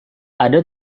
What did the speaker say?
ada